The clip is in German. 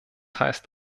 heißt